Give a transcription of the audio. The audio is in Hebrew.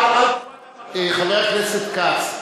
חבר הכנסת כץ,